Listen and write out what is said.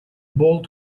ball